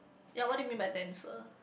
ya what do you mean by denser